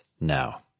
now